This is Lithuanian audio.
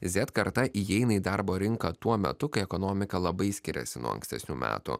zet karta įeina į darbo rinką tuo metu kai ekonomika labai skiriasi nuo ankstesnių metų